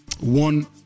One